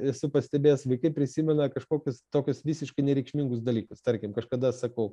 esu pastebėjęs vaikai prisimena kažkokius tokius visiškai nereikšmingus dalykus tarkim kažkada sakau